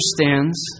understands